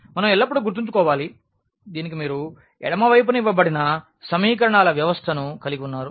మనం ఎల్లప్పుడూ గుర్తుంచుకోవాలి దీనికి మీరు ఎడమ వైపున ఇవ్వబడిన సమీకరణాల వ్యవస్థను కలిగి ఉన్నారు